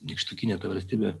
nykštukinė ta valstybė